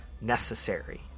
necessary